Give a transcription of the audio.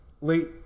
late